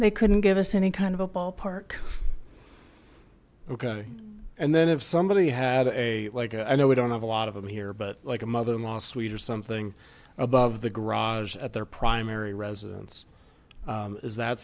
they couldn't give us any kind of a ballpark okay and then if somebody had a like i know we don't have a lot of them here but like a mother in law suite or something above the garage at their primary residence is that